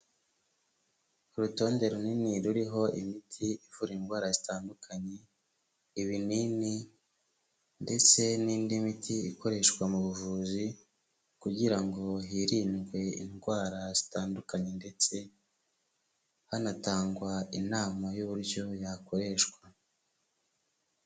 Urutonde runini ruriho imiti ivura indwara zitandukanye, ibinini ndetse n'indi miti ikoreshwa mu buvuzi kugira ngo hirindwe indwara zitandukanye ndetse hanatangwa inama y'uburyo yakoreshwa.